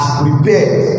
prepared